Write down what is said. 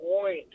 point